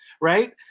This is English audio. right